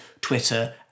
Twitter